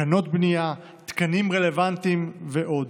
תקנות בנייה, תקנים רלוונטיים ועוד.